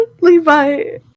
Levi